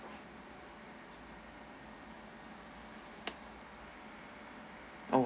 oh